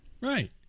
Right